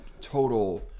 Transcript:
total